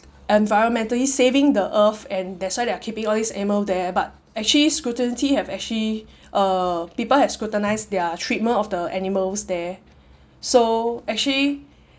environmentally saving the earth and that's why they are keeping all these animal there but actually scrutiny have actually uh people have scrutinise their treatment of the animals there so actually